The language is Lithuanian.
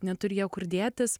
neturi jie kur dėtis